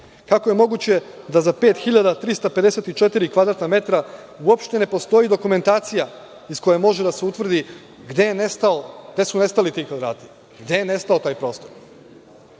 Kako je moguće da za 5.354 kvadratna metra uopšte ne postoji dokumentacija iz koje može da se utvrdi gde su nestali ti kvadrati, gde je nestao taj prostor? To